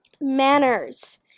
Manners